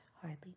hardly